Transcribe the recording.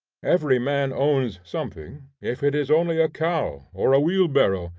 every man owns something, if it is only a cow, or a wheel-barrow,